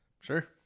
Sure